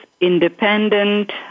independent